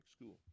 school